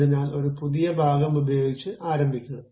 അതിനാൽ ഒരു പുതിയ ഭാഗം ഉപയോഗിച്ച് ആരംഭിക്കുക